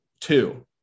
Two